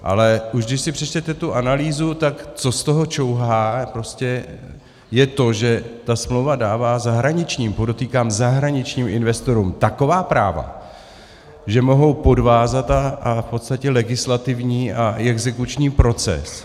Ale už když si přečtete tu analýzu, tak co z toho čouhá, prostě je to, že ta smlouva dává zahraničním podotýkám zahraničním investorům taková práva, že mohou podvázat v podstatě legislativní i exekuční proces.